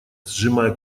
сжимая